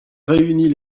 réunit